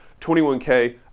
21K